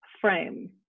frame